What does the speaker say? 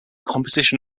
composition